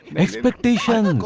expectations!